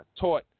taught